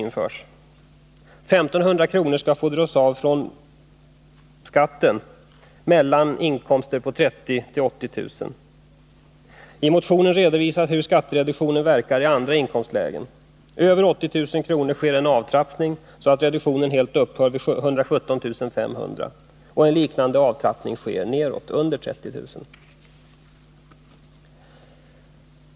1500 kr. skall få dras av från skatten vid inkomster mellan 30 000 och 80 000 kr. I motionen redovisas hur skattereduktionen verkar i andra inkomstlägen. Över 80 000 kr. sker en avtrappning, så att reduktionen helt upphör vid en inkomst av 117 500 kr. En liknande avtrappning sker neråt, under 30 900 kr.